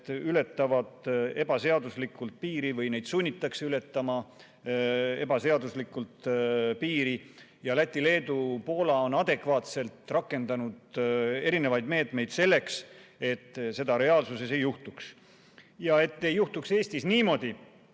ületavad ebaseaduslikult piiri või neid sunnitakse ületama ebaseaduslikult piiri ja Läti, Leedu, Poola on adekvaatselt rakendanud erinevaid meetmeid selleks, et seda reaalsuses ei juhtuks. Et Eestis ei juhtuks niimoodi,